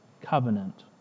covenant